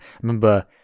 remember